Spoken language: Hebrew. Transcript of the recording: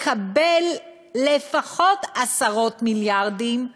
לקבל לפחות עשרות מיליארדים,